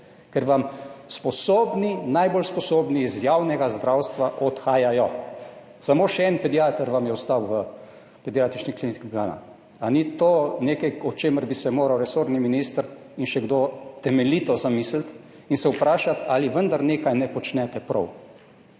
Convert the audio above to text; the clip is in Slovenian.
Ker vam sposobni, najbolj sposobni iz javnega zdravstva odhajajo. Samo še en pediater vam je ostal v Pediatrični kliniki Ljubljana. Ali ni to nekaj, o čemer bi moral resorni minister in še kdo temeljito zamisliti in se vprašati, ali vendar nečesa ne počnete